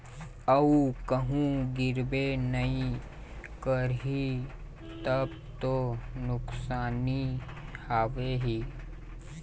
अऊ कहूँ गिरबे नइ करही तब तो नुकसानी हवय ही